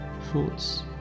thoughts